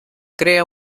crea